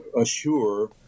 assure